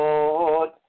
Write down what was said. Lord